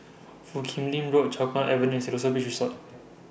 Foo Kim Lin Road Chempaka Avenue Siloso Beach Resort